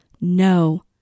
No